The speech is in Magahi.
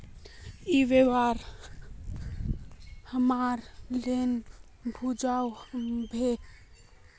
ई व्यापार हमार लोन भेजुआ हभे?